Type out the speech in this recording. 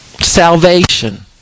salvation